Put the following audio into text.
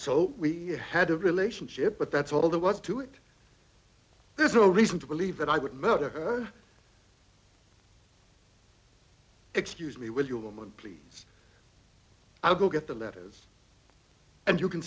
so we had a relationship but that's all there was to it there's no reason to believe that i would murder her excuse me will you woman please i'll go get the letters and you can